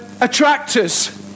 attractors